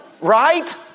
right